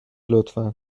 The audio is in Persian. لطفا